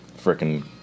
freaking